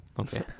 okay